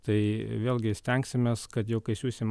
tai vėlgi stengsimės kad jog kai siųsim